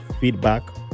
feedback